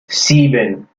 sieben